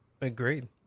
Agreed